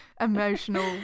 emotional